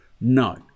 No